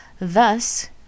thus